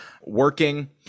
working